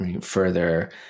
further